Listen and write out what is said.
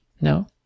no